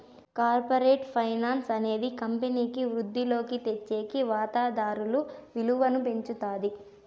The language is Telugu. కార్పరేట్ ఫైనాన్స్ అనేది కంపెనీకి వృద్ధిలోకి తెచ్చేకి వాతాదారుల విలువను పెంచుతాది